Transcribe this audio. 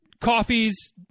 coffees